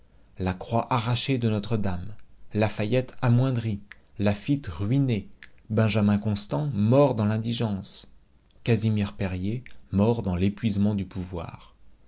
la croix arrachée de notre-dame lafayette amoindri laffitte ruiné benjamin constant mort dans l'indigence casimir perier mort dans l'épuisement du pouvoir